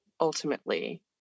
ultimately